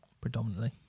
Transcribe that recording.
Predominantly